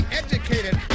educated